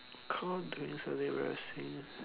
caught doing something embarrassing